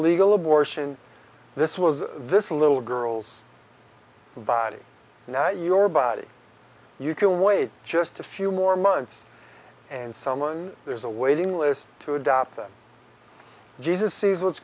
legal abortion this was this little girl's body now your body you can wait just a few more months and someone there's a waiting list to adopt it jesus sees what's